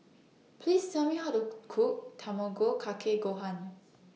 Please Tell Me How to Cook Tamago Kake Gohan